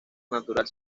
natural